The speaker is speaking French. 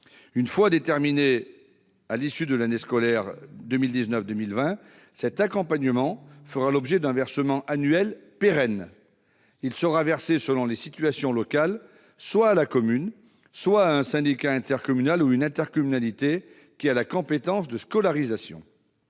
Une fois déterminé, à l'issue de l'année scolaire 2019-2020, cet accompagnement fera l'objet d'un versement annuel pérenne. Il sera versé, selon les situations locales, soit à la commune, soit à un syndicat intercommunal ou à une intercommunalité ayant la compétence de scolarisation.